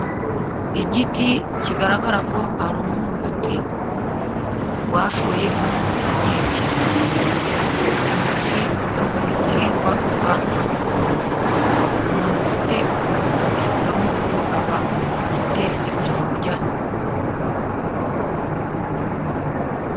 Igiti kigaragara ko ari umwumbati, washoye imyumbati myinshi, umwumbati ni igihingwa ngandurabukungu, umuntu ufite umumbati iwe mu rugo, aba afite ibyo ku kurya...